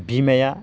बिमाया